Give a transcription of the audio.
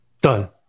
Done